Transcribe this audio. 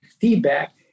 feedback